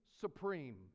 supreme